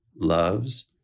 loves